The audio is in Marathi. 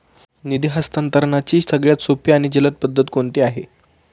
निधी हस्तांतरणाची सगळ्यात सोपी आणि जलद पद्धत कोणती आहे?